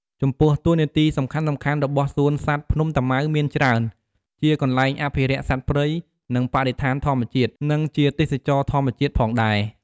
ចំពោះ តួនាទីសំខាន់ៗរបស់សួនសត្វភ្នំតាម៉ៅមានច្រើន ជាកន្លែងអភិរក្សសត្វព្រៃ និងបរិស្ថានធម្មជាតិ និងជាទេសចរណ៍ធម្មជាតិផងដែរ។